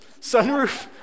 Sunroof